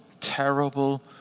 terrible